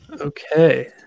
okay